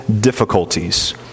difficulties